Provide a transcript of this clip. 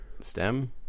Stem